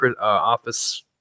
office